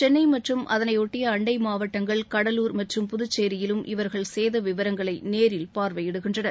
சென்னை மற்றும் அதனையொட்டிய அண்டை மாவட்டங்களிலும் புதுச்சேரியிலும் இவர்கள் சேத விவரங்களை நேரில் பார்வையிடுகின்றனர்